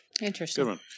Interesting